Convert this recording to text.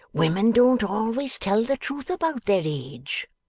women don't always tell the truth about their age